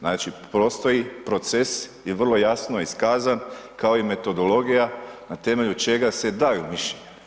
Znači postoji proces i vrlo jasno iskazan, kao i metodologija na temelju čega se daju mišljenja.